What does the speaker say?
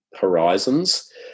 horizons